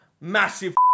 Massive